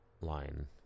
line